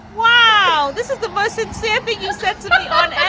wow. this is the first example you know so today. um yeah